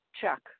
check